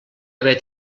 haver